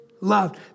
loved